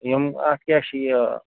یِم اَتھ کیٛاہ چھِ یہِ